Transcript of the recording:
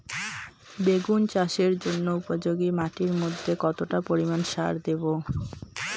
বেগুন চাষের জন্য উপযোগী মাটির মধ্যে কতটা পরিমান সার দেব?